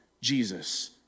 Jesus